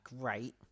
great